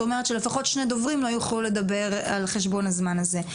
זאת אומרת שלפחות שני דוברים לא יוכלו לדבר על חשבון הזמן הזה.